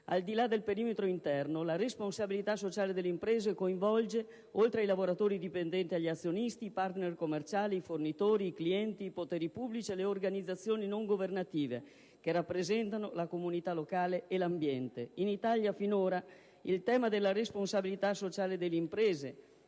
Al di là del perimetro interno, la responsabilità sociale dell'impresa coinvolge oltre ai lavoratori dipendenti e agli azionisti, i *partner* commerciali, i fornitori, i clienti, i poteri pubblici e le organizzazioni non governative che rappresentano la comunità locale e l'ambiente. In Italia finora il tema della responsabilità sociale delle imprese,